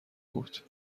بود